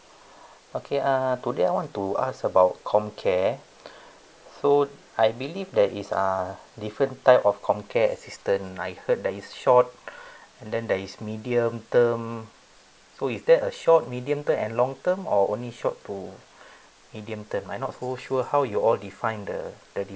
okay uh today I want to ask about comcare so I believe there is uh different type of comcare assistant I heard that is short and then there is medium term so is that a short medium term and long term or only short to medium term I'm not so sure how you all define the the